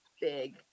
big